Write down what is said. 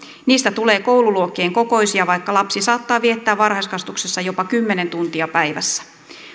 niistä tulee koululuokkien kokoisia vaikka lapsi saattaa viettää varhaiskasvatuksessa jopa kymmenen tuntia päivässä